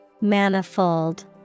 Manifold